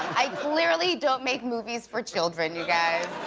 i clearly don't make movies for children, you guys.